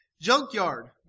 junkyard